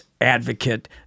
advocate